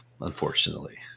unfortunately